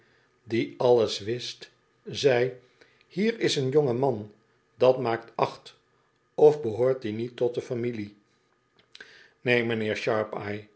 die alles wist zei hier is een jonge man dat maakt acht of behoort die niet tot je familie neen m'nheer